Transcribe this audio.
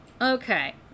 Okay